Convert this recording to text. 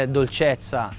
dolcezza